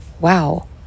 wow